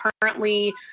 currently